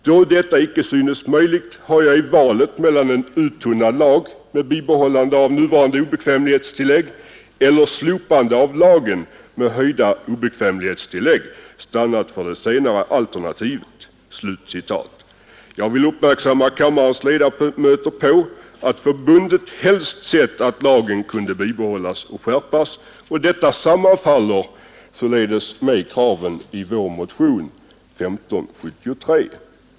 Då detta icke synes möjligt har jag i valet mellan en uttunnad lag med bibehållande av nuvarande obekvämlighetstillägg eller slopande av lagen med höjda obekvämlighetstillägg stannat för det senare alternativet.” Jag vill uppmärksamma kammarens ledamöter på att förbundet helst sett att lagen kunde bibehållas och skärpas. Detta sammanfaller således helt med kravet i vår motion nr 1573.